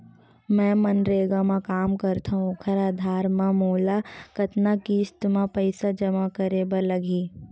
मैं मनरेगा म काम करथव, ओखर आधार म मोला कतना किस्त म पईसा जमा करे बर लगही?